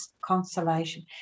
consolation